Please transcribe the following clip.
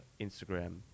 Instagram